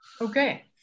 Okay